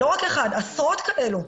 לא רק אחד, יש עשרות כאלה.